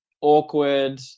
awkward